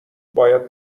باید